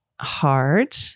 hard